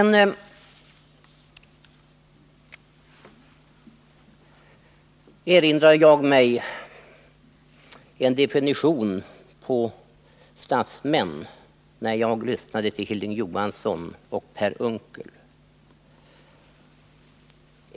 När jag lyssnade till Hilding Johansson och Per Unckel erinrade jag mig en definition på statsmän.